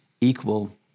equal